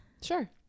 sure